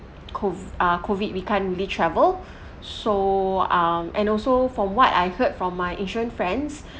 co~ ah COVID we can't really travel so um and also from what I heard from my insurance friends